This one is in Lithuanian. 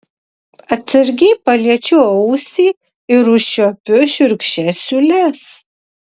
atsargiai paliečiu ausį ir užčiuopiu šiurkščias siūles